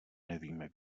nevíme